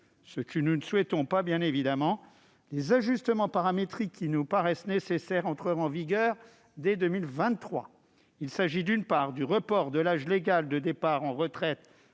nous ne souhaitons pas, les ajustements paramétriques qui nous paraissent nécessaires entreraient en vigueur dès 2023. Il s'agit, d'une part, du report de l'âge légal de départ à la retraite